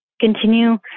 continue